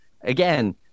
again